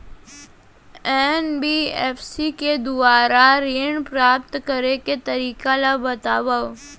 NBFC के दुवारा ऋण प्राप्त करे के तरीका ल बतावव?